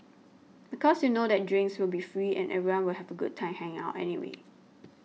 because you know that drinks will be free and everyone will have a good time hanging out anyway